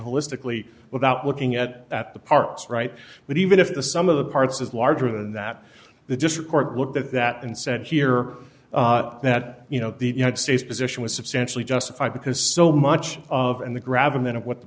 holistically without looking at at the parks right but even if some of the parts is larger than that the district court looked at that and said here that you know the united states position was substantially justified because so much of and the grabbing then of what the